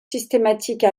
systématique